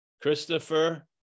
Christopher